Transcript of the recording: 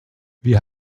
wir